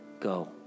go